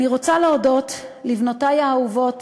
אני רוצה להודות לבנותי האהובות